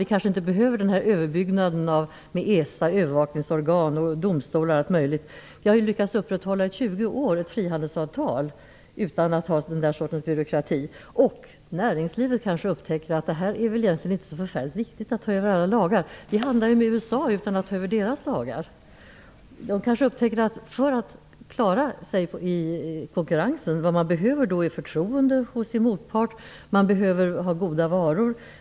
Vi kanske inte behöver överbyggnaden med ESA, övervakningsorgan och domstol osv. Vi har lyckats upprätthålla ett frihandelsavtal i 20 år utan att ha den sortens byråkrati. Näringslivet kanske upptäcker att det inte är så förfärligt viktigt att ta över alla lagar. Vi handlar ju med USA utan att ta över deras lagar. Man kanske upptäcker att det som behövs för att klara sig i konkurrensen är förtroende hos sin motpart. Man behöver ha goda varor.